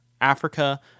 Africa